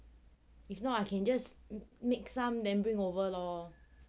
if not I can just make some then bring over lor